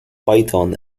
python